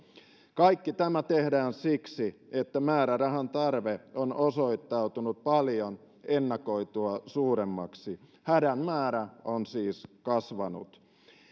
kaikki tämä tehdään siksi että määrärahan tarve on osoittautunut paljon ennakoitua suuremmaksi hädän määrä on siis kasvanut